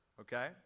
okay